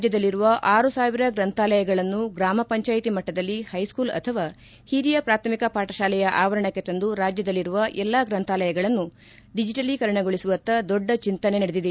ರಾಜ್ಯದಲ್ಲಿರುವ ಆರು ಸಾವಿರ ಗ್ರಂಥಾಲಯಗಳನ್ನು ಗ್ರಾಮ ಪಂಚಾಯ್ತಿ ಮಟ್ಟದಲ್ಲಿ ಹೈಸ್ಕೂಲ್ ಅಥವಾ ಹಿರಿಯ ಪ್ರಾಥಮಿಕ ಪಾಠತಾಲೆಯ ಆವರಣಕ್ಕೆ ತಂದು ರಾಜ್ಯದಲ್ಲಿರುವ ಎಲ್ಲಾ ಗ್ರಂಥಾಲಯಗಳನ್ನು ಡಿಜಿಟಲೀಕರಣಗೊಳಿಸುವತ್ತ ದೊಡ್ಡ ಚಿಂತನೆ ನಡೆದಿದೆ